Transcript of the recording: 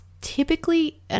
typically